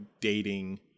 dating